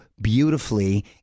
beautifully